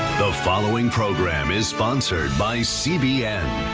the following program is sponsored by cbn.